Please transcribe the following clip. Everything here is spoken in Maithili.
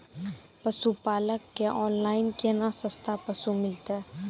पशुपालक कऽ ऑनलाइन केना सस्ता पसु मिलतै?